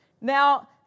Now